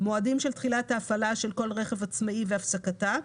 של תחילת ההפעלה של כל רכב עצמאי והפסקתה,